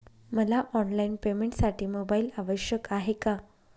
मला ऑनलाईन पेमेंटसाठी मोबाईल आवश्यक आहे का?